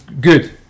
good